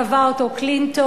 קבע אותו קלינטון,